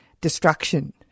destruction